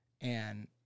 and-